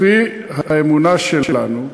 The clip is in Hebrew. לפי האמונה שלנו,